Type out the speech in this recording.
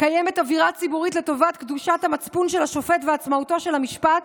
קיימת 'אווירה ציבורית' לטובת קדושת המצפון של השופט ועצמאותו של המשפט,